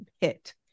hit